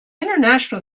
international